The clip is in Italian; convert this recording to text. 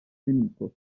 nemico